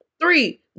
Three